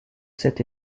cet